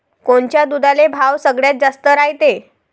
कोनच्या दुधाले भाव सगळ्यात जास्त रायते?